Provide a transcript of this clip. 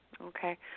Okay